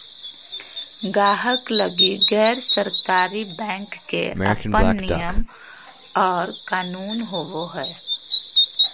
गाहक लगी गैर सरकारी बैंक के अपन नियम और कानून होवो हय